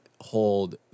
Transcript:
hold